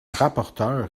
rapporteur